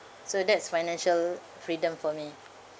so that's financial freedom for me